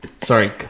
sorry